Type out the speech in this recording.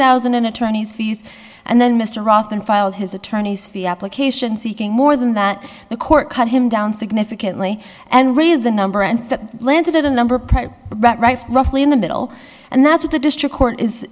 thousand and attorney's fees and then mr austin filed his attorney's fee application seeking more than that the court cut him down significantly and raise the number and planted a number right roughly in the middle and that's what a district court is